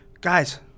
Guys